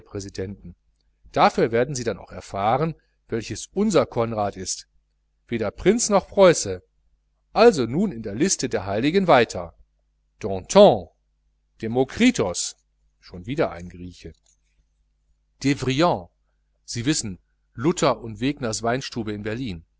cnacle präsidenten dafür werden sie dann auch erfahren welches unser conrad ist weder prinz noch preuße also nun in der liste der heiligen weiter danton demokritos schon wieder ein grieche devrient sie wissen lutter und wegeners weinstube in berlin